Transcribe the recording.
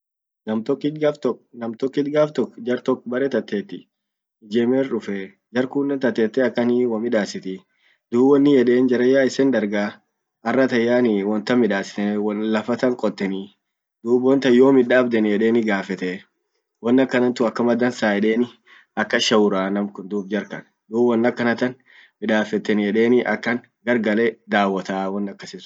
nam tokkit gaf tok ,nam tokkit gaf tok jar tok bare tateti ijeme irdufee, jarkunen tatete akan womidasiti, dub wonin yeden jaranyaa isen dargaa arratan yaani wontan midasiteni won lafa tan kotteni. Dub wontan yom itdabdeni edeni gafetee? Won akanantun akama dansa edeni akan shauraa namkun jarkan. dub won akanatan midaffeteni edeni gargale dawwota won akasisun irrit.